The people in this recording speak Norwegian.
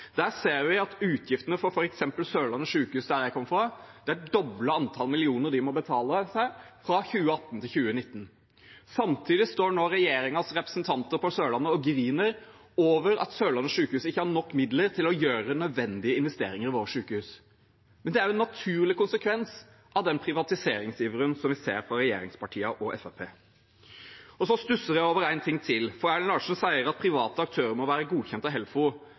Sørlandet sykehus, der jeg kommer fra, er doblet i antall millioner fra 2018 til 2019. Samtidig står nå regjeringens representanter for Sørlandet og griner over at Sørlandet sykehus ikke har nok midler til å gjøre nødvendige investeringer i våre sykehus. Det er en naturlig konsekvens av den privatiseringsiveren som vi ser fra regjeringspartiene og Fremskrittspartiet. Så stusser jeg over én ting til, for Erlend Larsen sier at private aktører må være godkjent av Helfo.